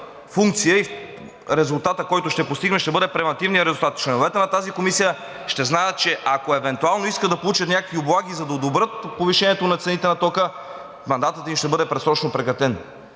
и резултатът, който ще постигнем, ще бъде превантивният резултат и членовете на тази комисия ще знаят, че ако евентуално искат да получат някакви облаги, за да одобрят повишението на цените на тока, мандатът им ще бъде предсрочно прекратен.